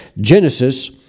Genesis